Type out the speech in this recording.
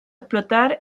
explotar